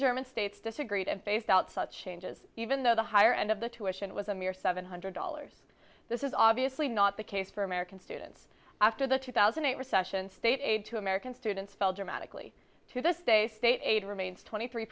german states disagreed and faced out such changes even though the higher end of the two ishant was a mere seven hundred dollars this is obviously not the case for american students after the two thousand eight recession state aid to american students fell dramatically to this day state aid remains twenty three